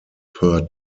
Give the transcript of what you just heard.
per